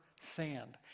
Sand